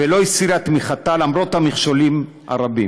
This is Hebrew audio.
ולא הסירה את תמיכתה למרות המכשולים הרבים,